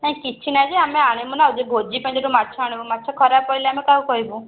ନା କିଛି ନାଇଁ ଯେ ଆମେ ଆଣିବୁ ନା ଯଦି ଭୋଜି ପାଇଁ ଯଦି ମାଛ ଆଣିବୁ ମାଛ ଖରାପ ପଡ଼ିଲେ ଆମେ କାହାକୁ କହିବୁ